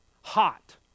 Hot